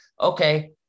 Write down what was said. okay